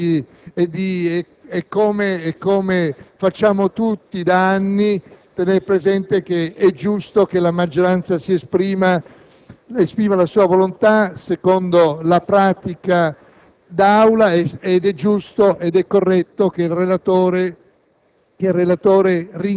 di tener conto dell'andamento quotidiano dei lavori di Commissione e, come facciamo tutti da anni, di riconoscere che è giusto che la maggioranza esprima la propria volontà secondo la prassi,